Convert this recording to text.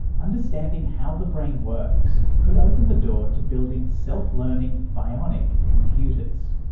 understanding how the brain works could open the door to building self-learning bionic computers.